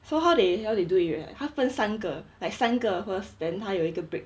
so how they how they do it right 他分三个 like 三个 first then 他有一个 break